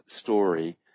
story